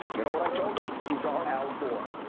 you know what i told him? he's our al gore.